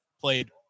played